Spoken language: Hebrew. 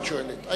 את שואלת.